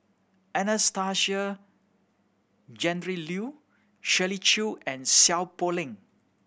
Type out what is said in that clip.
Anastasia Tjendri Liew Shirley Chew and Seow Poh Leng